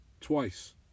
twice